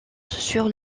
sur